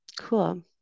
Cool